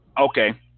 Okay